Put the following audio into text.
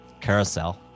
carousel